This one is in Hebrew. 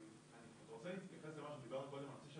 אני רוצה להתייחס למה שדיברנו קודם על הנושא של